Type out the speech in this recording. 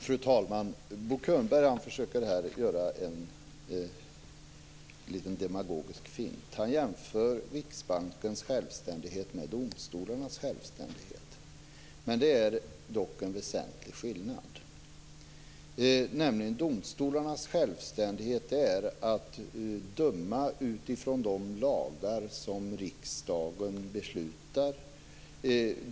Fru talman! Bo Könberg försöker här göra en liten demagogisk fint. Han jämför Riksbankens självständighet med domstolarnas. Det är dock en väsentlig skillnad. Domstolarnas självständighet går ut på att döma utifrån de lagar som riksdagen beslutar om.